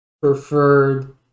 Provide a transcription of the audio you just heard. preferred